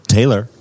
Taylor